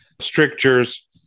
strictures